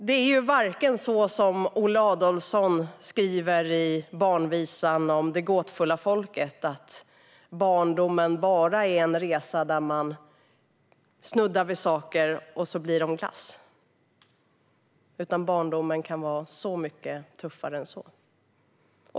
Det är inte som Olle Adolphson skriver i barnvisan om det gåtfulla folket, att barndomen bara är en resa där man snuddar vid saker för att de ska bli glass. Barndomen kan vara mycket tuffare än så.